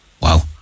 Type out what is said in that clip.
Wow